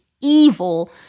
evil